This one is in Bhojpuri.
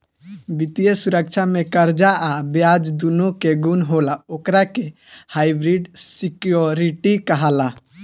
वित्तीय सुरक्षा में कर्जा आ ब्याज दूनो के गुण होला ओकरा के हाइब्रिड सिक्योरिटी कहाला